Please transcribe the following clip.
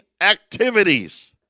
activities